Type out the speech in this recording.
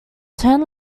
turn